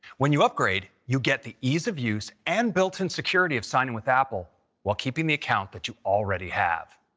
when you upgrade, you get the ease of use and built-in security of sign in with apple while keeping the account that you already have.